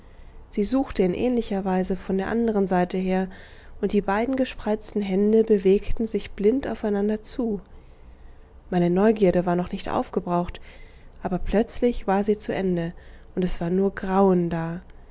sie suchte in ähnlicher weise von der anderen seite her und die beiden gespreizten hände bewegten sich blind aufeinander zu meine neugierde war noch nicht aufgebraucht aber plötzlich war sie zu ende und es war nur grauen da